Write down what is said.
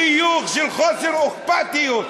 חיוך של חוסר אכפתיות.